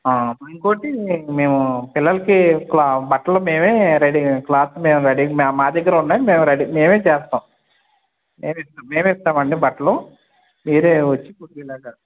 ఇంకొకటి మేము పిల్లలకి క్లా బట్టలు మేమే రెడీ క్లాత్ మేం రెడీ మా దగ్గరే ఉన్నాయి మేం రెడీ మేమే చేస్తాం మేమే ఇస్తాం మేమే ఇస్తాం అండి బట్టలు మీరే వచ్చి కుట్టేలాగా